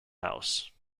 house